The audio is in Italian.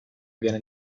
viene